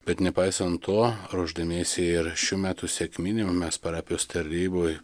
bet nepaisant to ruošdamiesi ir šių metų sekminėm mes parapijos taryboj